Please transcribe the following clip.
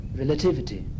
relativity